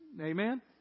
Amen